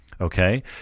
Okay